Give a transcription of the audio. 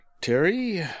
Terry